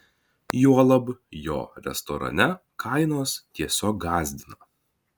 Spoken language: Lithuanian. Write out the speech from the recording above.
juolab jo restorane kainos tiesiog gąsdina